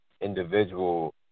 individual